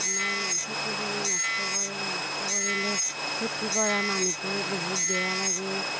আমাৰ খেতিখিনি নষ্ট কৰে নষ্ট কৰিলে খেতি কৰা মানুহটোৰ বহুত বেয়া লাগে